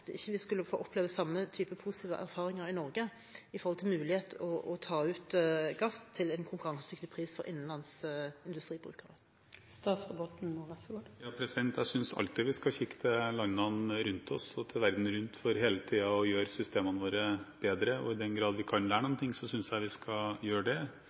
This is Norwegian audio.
vi ikke skulle få oppleve samme type positive erfaringer i Norge når det gjelder muligheten til å ta ut gass til en konkurransedyktig pris for innenlands industribrukere? Jeg synes alltid vi skal se på landene og verden rundt oss for hele tiden å gjøre systemene våre bedre. I den grad vi kan lære noe, synes jeg vi skal gjøre det.